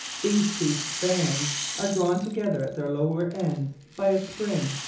these toothed bands are drawn together at their lower ends by a spring,